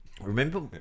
Remember